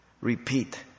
repeat